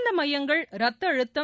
இந்த மையங்கள் ரத்த அழுத்தம்